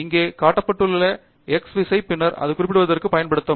இங்கே சுட்டிக்காட்டப்பட்ட க்ஸ் விசை பின்னர் அது குறிப்பிடுவதற்குப் பயன்படுத்தப்படும்